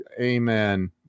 Amen